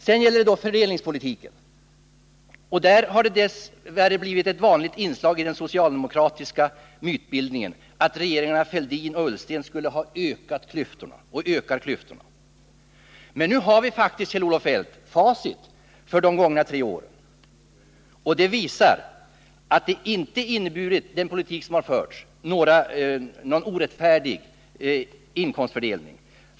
När det gäller fördelningspolitiken har det dess värre blivit ett vanligt inslag i den socialdemokratiska mytbildningen att regeringarna Fälldin och Ullsten skulle ha ökat och ökar klyftorna. Men nu har vi faktiskt, Kjell-Olof Feldt, facit för de gångna tre åren. Det visar att den politik som har förts inte inneburit någon orättfärdig inkomstfördelning.